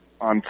on